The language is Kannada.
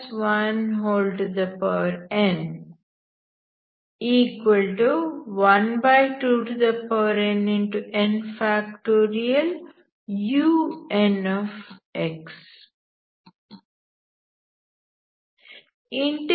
2 un